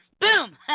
Boom